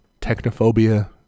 technophobia